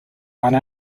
one